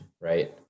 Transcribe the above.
right